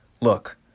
Look